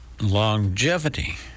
longevity